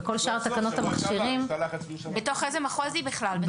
בכל שאר תקנות המכשירים --- בתוך איזה מחוז היא בכלל,